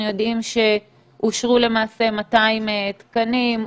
אנחנו יודעים שאושרו למעשה 200 תקנים,